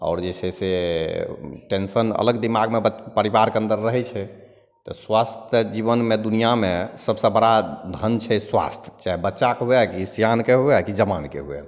आओर जे छै से टेन्शन अलग दिमागमे परिवारके अन्दर रहै छै तऽ स्वास्थ्य तऽ जीवनमे दुनिआँमे सबसे बड़ा धन छै स्वास्थ्य चाहे बच्चाकेँ हुए कि सियानकेँ हुए कि जवानकेँ हुए